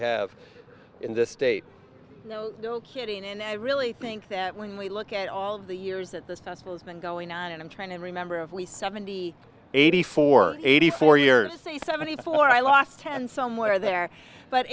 have in this state no kidding and i really think that when we look at all the years that this festival has been going on and i'm trying to remember if we seventy eighty four eighty four years say seventy four i lost ten somewhere there but